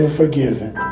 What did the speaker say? forgiven